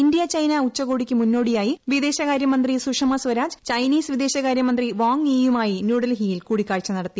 India China ഉച്ചകോടിക്ക് മുന്നോടിയായി വിദേശക്ട്ര്യമന്ത്രി സുഷമസ്വരാജ് ചൈനീസ് വിദേശകാരൃ മന്ത്രി വാങ്ങ്യീയുമായി ന്യൂഡൽഹിയിൽ കൂടിക്കാഴ്ച നടത്തി